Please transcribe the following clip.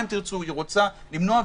היא רוצה למנוע,